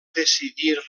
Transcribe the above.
decidir